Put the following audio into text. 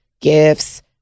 gifts